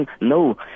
No